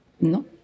No